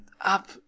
up